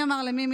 מי אמר למי?